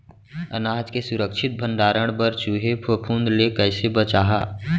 अनाज के सुरक्षित भण्डारण बर चूहे, फफूंद ले कैसे बचाहा?